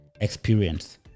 experience